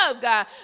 God